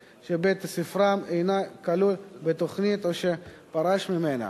שבית-ספרם אינו כלול בתוכנית או שפרש ממנה